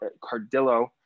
Cardillo